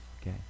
okay